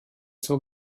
zur